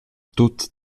tut